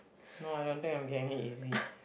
no I don't think I'm getting it easy